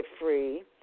Free